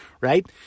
right